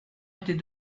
était